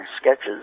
sketches